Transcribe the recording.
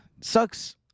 sucks